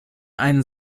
einen